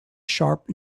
sharp